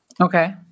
Okay